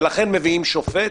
ולכן מביאים שופט